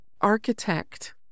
Architect